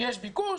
יש ביקוש,